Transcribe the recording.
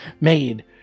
made